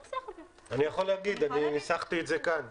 אני יכול להגיד, אני ניסחתי את זה כאן.